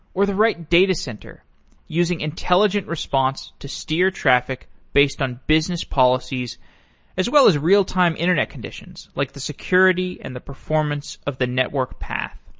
or the right datacenter using intelligent response to steer traffic based on business policies as well as real time internet conditions, like the security and the performance of the network path.